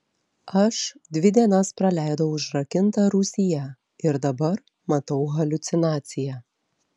aš dvi dienas praleidau užrakinta rūsyje ir dabar matau haliucinaciją